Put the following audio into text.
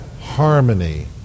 harmony